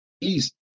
East